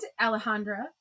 Alejandra